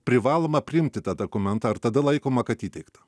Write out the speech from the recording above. privaloma priimti tą dokumentą ar tada laikoma kad įteikta